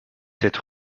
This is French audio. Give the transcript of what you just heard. sept